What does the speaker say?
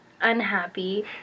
unhappy